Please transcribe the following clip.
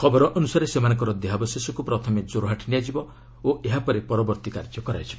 ଖବର ଅନୁସାରେ ସେମାନଙ୍କର ଦେହାବଶେଷକୁ ପ୍ରଥମେ ଜୋରହାଟ ନିଆଯିବ ଓ ଏହାପରେ ପରବର୍ତ୍ତୀ କାର୍ଯ୍ୟ କରାଯିବ